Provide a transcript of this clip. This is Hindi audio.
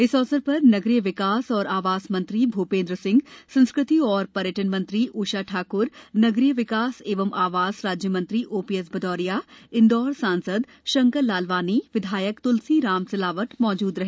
इस अवसर पर नगरीय विकास एवं आवास मंत्री भूपेन्द्र सिंहए संस्कृति एवं पर्यटन मंत्री उषा ठाक्रए नगरीय विकास एवं आवास राज्यमंत्री ओपीएस भदौरियाए इंदौर सांसद शंकर लालवानीए विधायक त्लसीराम सिलावट मौजूद रहे